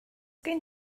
gen